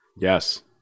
Yes